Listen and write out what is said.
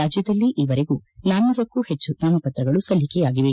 ರಾಜ್ಯದಲ್ಲಿ ಈವರೆಗೂ ಳಂಂಕ್ಕೂ ಹೆಚ್ಚು ನಾಮಪತ್ರಗಳು ಸಲ್ಲಿಕೆಯಾಗಿವೆ